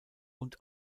und